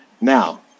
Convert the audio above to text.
Now